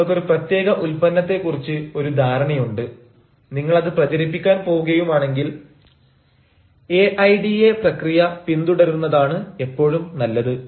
നിങ്ങൾക്ക് ഒരു പ്രത്യേക ഉൽപ്പന്നത്തെ കുറിച്ച് ഒരു ധാരണയുണ്ട് നിങ്ങൾ അത് പ്രചരിപ്പിക്കാൻ പോവുകയുമാണെങ്കിൽ എ ഐ ഡി എ പ്രക്രിയ പിന്തുടരുന്നതാണ് എപ്പോഴും നല്ലത്